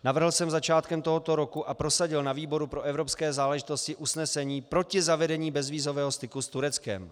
Navrhl jsem začátkem tohoto roku a prosadil na výboru pro evropské záležitosti usnesení proti zavedení bezvízového styku s Tureckem.